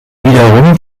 wiederum